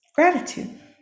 Gratitude